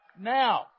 Now